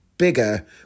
Bigger